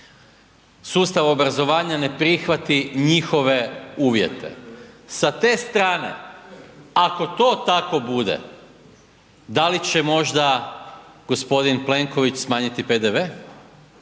sustav obrazovanja ne prihvati njihove uvjete. Sa te strane, ako to tako bude, da li će možda g. Plenković smanjiti PDV?